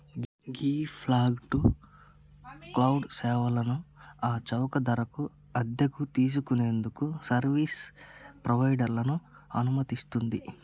ghee fog to cloud సేవలను ఆ చౌక ధరకు అద్దెకు తీసుకు నేందుకు సర్వీస్ ప్రొవైడర్లను అనుమతిస్తుంది